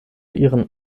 ihren